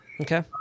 Okay